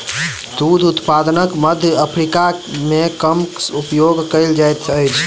दूध उत्पादनक मध्य अफ्रीका मे कम उपयोग कयल जाइत अछि